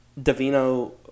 Davino